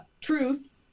truth